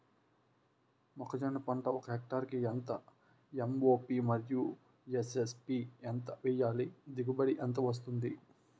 మొక్కజొన్న పంట ఒక హెక్టార్ కి ఎంత ఎం.ఓ.పి మరియు ఎస్.ఎస్.పి ఎంత వేయాలి? దిగుబడి ఎంత వస్తుంది?